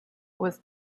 was